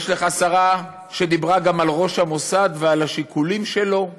ויש לך גם שרה שדיברה גם על ראש המוסד ועל השיקולים שלו.